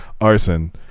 Arson